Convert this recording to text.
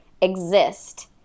exist